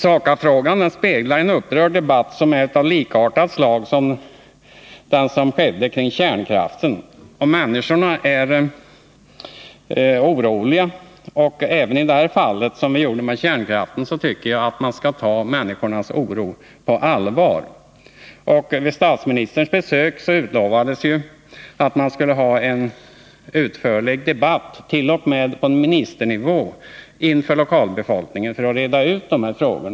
SAKAPB-frågan speglar en upprörd debatt som liknar den som vi hade om kärnkraften. Människorna är oroade. Jag tycker att man i detta fall, liksom vi gjorde när det gällde kärnkraften, skall ta människornas oro på allvar. Vid statsministerns besök utlovades att man skulle ha en utförlig debatt, t.o.m. på ministernivå, inför lokalbefolkningen för att reda ut dessa frågor.